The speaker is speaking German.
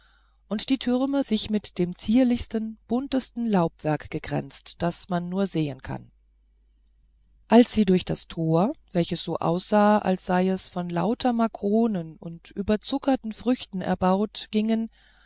und die türme sich mit dem zierlichsten buntesten laubwerk gekränzt das man nur sehen kann als sie durch das tor welches so aussah als sei es von lauter makronen und überzuckerten früchten erbaut gingen